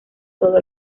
todo